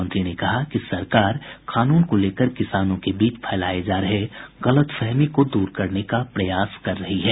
उन्होंने कहा कि सरकार कानून को लेकर किसानों के बीच फैलाये जा रहे गलतफहमी को दूर करने का प्रयास कर रही है